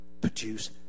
produce